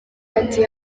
ati